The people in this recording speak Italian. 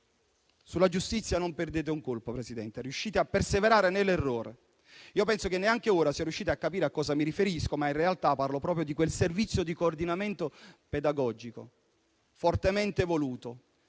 Sulla giustizia non perdete un colpo e riuscite a perseverare nell'errore. Io penso che neanche ora siate riusciti a capire a cosa mi riferisco. In realtà, io parlo proprio di quel servizio di coordinamento pedagogico fortemente voluto.